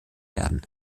werden